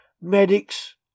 medics